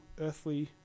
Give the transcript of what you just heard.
earthly